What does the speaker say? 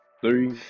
Three